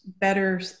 better